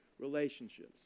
relationships